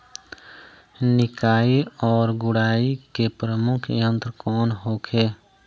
निकाई और गुड़ाई के प्रमुख यंत्र कौन होखे?